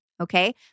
Okay